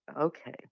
Okay